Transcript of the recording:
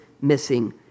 missing